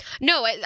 No